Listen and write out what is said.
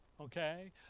Okay